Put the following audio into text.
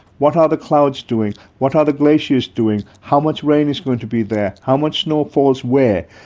what are the clouds doing, what are the glaciers doing, how much rain is going to be there, how much snow falls where,